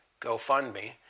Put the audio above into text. GoFundMe